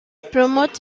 promotes